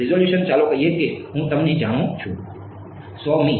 resolution ચાલો કહીએ કે હું તમને જાણું છું 100 મી